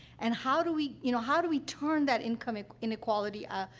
and how do we you know, how do we turn that income ah inequality, ah,